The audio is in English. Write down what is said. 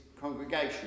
congregation